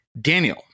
Daniel